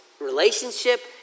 relationship